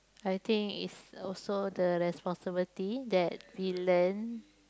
I think is also the responsibility that we learn